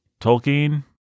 Tolkien